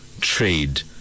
trade